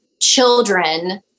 children